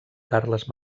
carles